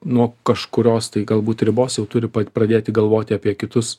nuo kažkurios tai galbūt ribos jau turi pradėti galvoti apie kitus